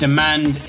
Demand